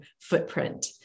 footprint